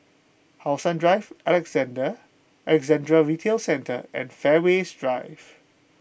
How Sun Drive Alexandra Retail Centre and Fairways Drive